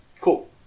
Cool